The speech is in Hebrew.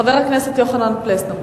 חבר הכנסת יוחנן פלסנר,